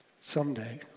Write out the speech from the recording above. someday